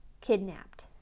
Kidnapped